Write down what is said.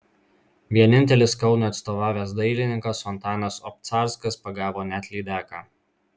vienintelis kaunui atstovavęs dailininkas antanas obcarskas pagavo net lydeką